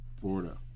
Florida